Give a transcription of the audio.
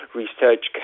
research